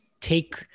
take